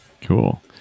cool